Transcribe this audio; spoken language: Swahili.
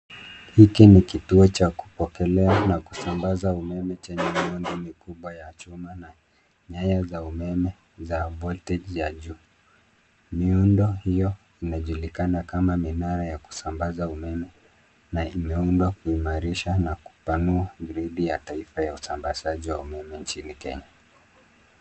Hiki ni kituo cha kupokelea na kusambaza umeme chenye miundo mikubwa ya chuma na nyayo za umeme za Voltage ya juu. Miundo hio inajulikana kama minara ya kusambaza umeme na imeundwa kuimarisha na kupanua uridhi ya taifa ya usambazaji wa umeme nchini Kenya.